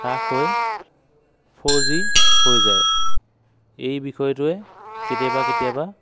হ্ৰাস হৈ four G হৈ যায় এই বিষয়টোৱে কেতিয়াবা কেতিয়াবা